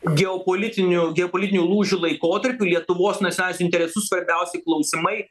geopolitiniu geopolitinių lūžių laikotarpiu lietuvos nacionalinius interesus svarbiausi klausimai